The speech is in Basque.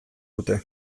dute